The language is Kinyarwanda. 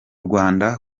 rwanda